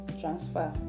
transfer